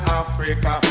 africa